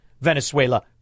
Venezuela